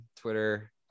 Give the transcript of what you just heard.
twitter